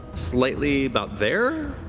slightly about there.